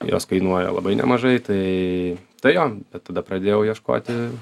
jos kainuoja labai nemažai tai tai jo bet tada pradėjau ieškoti